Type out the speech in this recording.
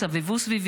סבבו סביבי,